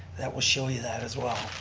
that will show you that as well.